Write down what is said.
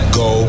go